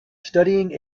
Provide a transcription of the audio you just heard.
studying